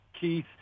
Keith